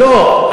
לא.